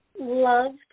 loved